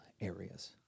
areas